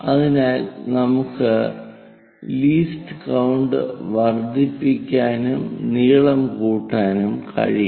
അതിനാൽ നമുക്ക് least count വർദ്ധിപ്പിക്കാനും നീളം കൂട്ടാനും കഴിയും